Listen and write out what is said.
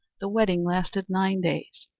the wedding lasted nine days,